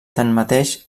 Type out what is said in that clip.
tanmateix